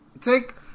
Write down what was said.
take